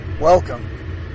Welcome